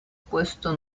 puesto